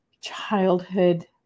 childhood